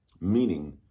Meaning